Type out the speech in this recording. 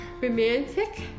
Romantic